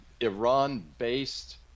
Iran-based